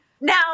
Now